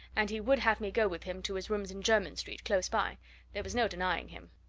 and he would have me go with him to his rooms in jermyn street, close by there was no denying him.